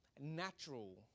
natural